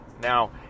now